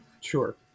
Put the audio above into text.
Sure